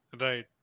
Right